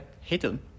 Hidden